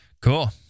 Cool